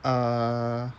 err